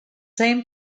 same